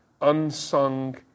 unsung